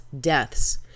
Deaths